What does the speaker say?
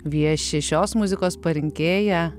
vieši šios muzikos parinkėja